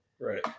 Right